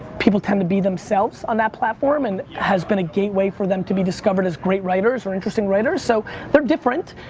people tend to be themselves on that platform and has been a gateway for them to be discovered as great writers or interesting writers. so they're different,